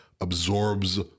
absorbs